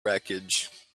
wreckage